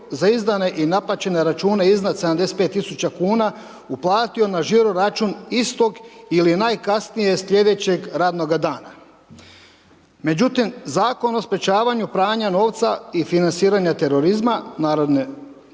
za izdane i naplaćene račune iznad 75 tisuća kuna uplatio na žiro-račun istog ili najkasnije sljedećeg radnoga dana. Međutim, Zakon o sprječavanju pranja novca i financiranje terorizma „Narodne novine“,